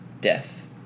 death